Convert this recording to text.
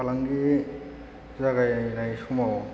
फालांगि जागायनाय समाव